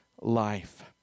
life